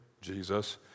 Jesus